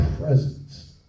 presence